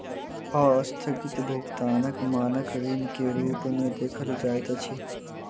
अस्थगित भुगतानक मानक ऋण के रूप में देखल जाइत अछि